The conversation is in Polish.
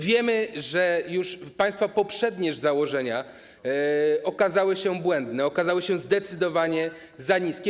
Wiemy, że już państwa poprzednie założenia okazały się błędne, okazały się zdecydowanie za niskie.